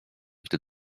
gdy